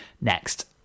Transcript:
next